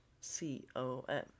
c-o-m